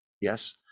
Yes